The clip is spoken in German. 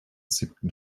siebten